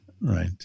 right